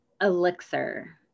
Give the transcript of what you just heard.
elixir